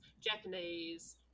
Japanese